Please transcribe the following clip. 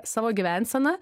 savo gyvenseną